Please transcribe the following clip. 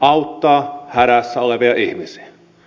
auttaa hädässä olevia ihmisiä